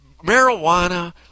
marijuana